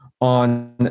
on